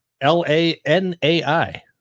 l-a-n-a-i